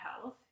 health